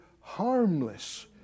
harmless